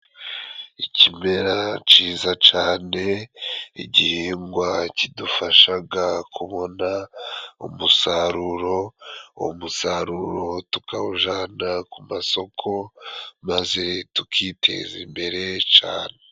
Ikimera ciza cane, igihingwa kidufashaga kubona umusaruro, umusaruro tukawujana ku masoko, maze tukiteza imbere cane.